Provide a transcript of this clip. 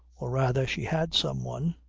or rather she had someone.